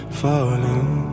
falling